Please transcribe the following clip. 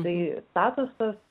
tai statusas